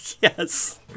Yes